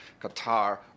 Qatar